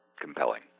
compelling